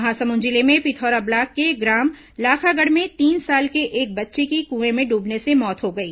महासमुंद जिले में पिथौरा ब्लॉक के ग्राम लाखागढ़ में तीन साल के एक बच्चे की कुएं में डूबने से मौत हो गई